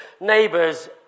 neighbours